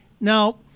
Now